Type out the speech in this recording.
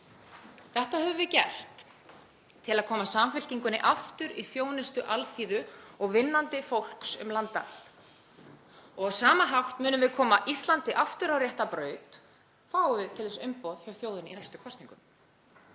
Þetta höfum við gert til að koma Samfylkingunni aftur í þjónustu alþýðu og vinnandi fólks um land allt. Og á sama hátt munum við koma Íslandi aftur á rétta braut, fáum við til þess umboð hjá þjóðinni í næstu kosningum.